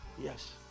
Yes